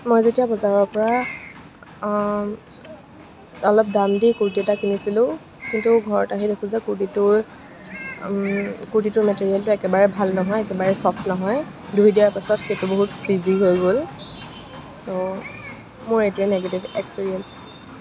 মই যেতিয়া বজাৰৰ পৰা অলপ দাম দি কুৰ্তি এটা কিনিছিলো কিন্তু ঘৰত আহি দেখোঁ যে কুৰ্তিটোৰ কুৰ্তিটোৰ মেটেৰিয়েলটো একেবাৰেই ভাল নহয় একেবাৰেই চফট নহয় ধুই দিয়াৰ পিছত সেইটো বহুত ফ্ৰিজি হৈ গ'ল চ' মোৰ এইটোৱে নিগেটিভ এক্সপিৰিয়েঞ্চ